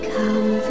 Come